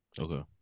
okay